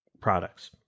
products